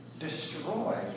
Destroy